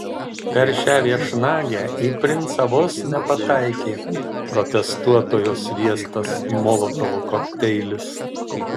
per šią viešnagę į princą vos nepataikė protestuotojo sviestas molotovo kokteilis